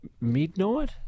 midnight